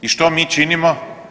I što mi činimo?